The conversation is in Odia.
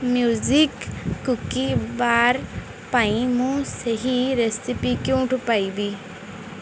ମ୍ୟାଜିକ୍ କୁକି ବାର୍ ପାଇଁ ମୁଁ ସେହି ରେସିପି କେଉଁଠୁ ପାଇବି